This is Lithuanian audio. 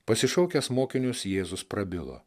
pasišaukęs mokinius jėzus prabilo